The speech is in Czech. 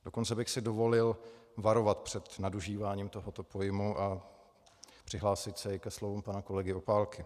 Dokonce bych si dovolil varovat před nadužíváním tohoto pojmu a přihlásit se i ke slovům pana kolegy Opálky.